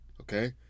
okay